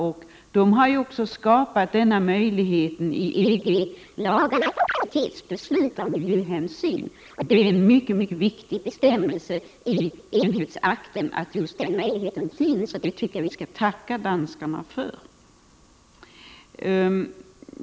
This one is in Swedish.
Danmark har ju också skapat möjligheten inom EG att av miljöhänsyn bryta mot majoritetsbeslut. Bestämmelsen i enhetsakten som möjliggör detta är mycket viktig. Jag tycker att vi skall tacka danskarna för detta.